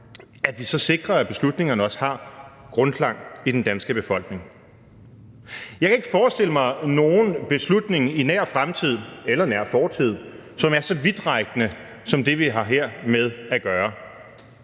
og for Danmark, har beslutningerne grundklang i den danske befolkning. Jeg kan ikke forestille mig nogen beslutning i nær fremtid eller nær fortid, som er så vidtrækkende som det, vi her har med at gøre.